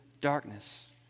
darkness